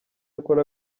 akora